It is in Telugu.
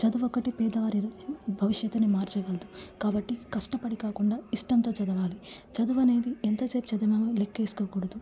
చదువు ఒక్కటి పేదవారి భవిష్యత్తును మార్చగలదు కాబట్టి కష్టపడి కాకుండా ఇష్టంతో చదవాలి చదువు అనేది ఎంతసేపు చదివామో లెక్క వేసుకోకూడదు